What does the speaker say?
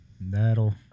That'll